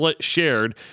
Shared